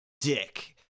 dick